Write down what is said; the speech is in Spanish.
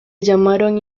llamaron